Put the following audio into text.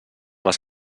les